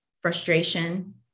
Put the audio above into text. frustration